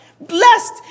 blessed